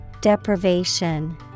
Deprivation